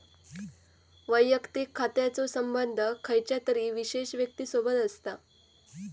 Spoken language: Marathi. वैयक्तिक खात्याचो संबंध खयच्या तरी विशेष व्यक्तिसोबत असता